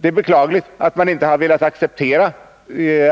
Det är beklagligt att man inte velat acceptera